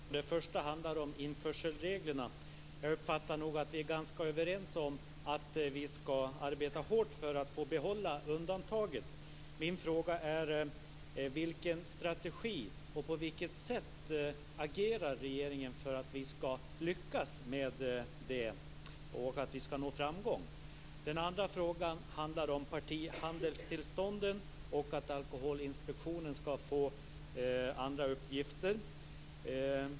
Fru talman! Jag har tre korta frågor. Den första handlar om införselreglerna. Jag uppfattar att vi är ganska överens om att vi ska arbeta hårt för att få behålla undantaget. Min fråga är vilken strategi man har och på vilket sätt regeringen agerar för att vi ska lyckas med det och nå framgång. Den andra frågan handlar om partihandelstillstånden och att Aloholinspektionen delvis ska få andra uppgifter.